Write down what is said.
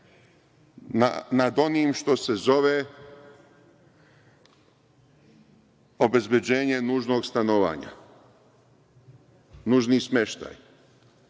nad onim što se zove obezbeđenje nužnog stanovanja, nužni smeštaj,